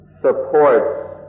supports